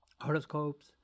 horoscopes